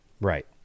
Right